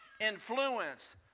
influence